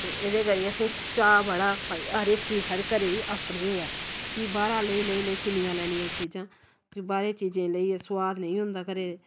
ते एह्दे करिये असेंगी चाऽ बड़ा भाई हर इक चीज स्हाढ़े घरै दी अपनी होऐ कि बाह्रा लेई लेई लेई किन्नियां लैनियां चीजां फिर बाह्रें दी चीजें गी लेइये सुआद नेईं होंदा घरै